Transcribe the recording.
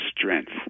strength